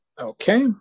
Okay